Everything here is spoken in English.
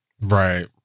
Right